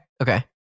okay